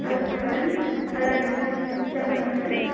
అలాగే మేడం అలాగే మేడం చెప్పండి మేడం